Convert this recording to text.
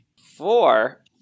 Four